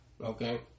okay